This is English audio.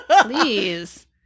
please